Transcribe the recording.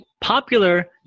popular